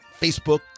facebook